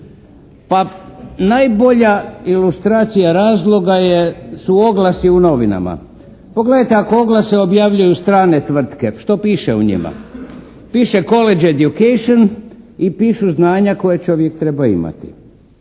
Pa najbolja ilustracija razloga je, su oglasi u novinama. Pogledajte ako oglase objavljuju strane tvrtke što piše u njima. Piše college edutation i pišu znanja koja čovjek treba imati.